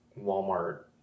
walmart